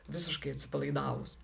visiškai atsipalaidavus